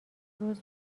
روز